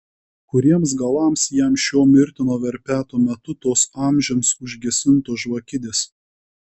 kuriems galams jam šiuo mirtino verpeto metu tos amžiams užgesintos žvakidės